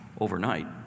overnight